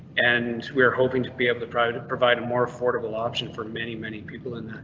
and we're hoping to be able to provide provide a more affordable option for many, many people in that.